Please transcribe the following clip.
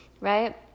right